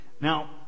Now